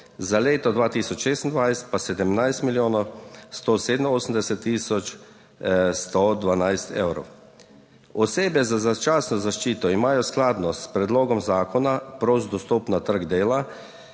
Za leto 2026 pa 17 milijonov 187 tisoč sto 12 evrov. Osebe z začasno zaščito imajo skladno s predlogom zakona prost dostop na trg dela